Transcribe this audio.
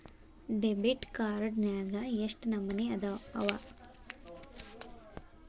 Debit card ನ್ಯಾಗ್ ಯೆಷ್ಟ್ ನಮನಿ ಅವ?